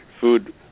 food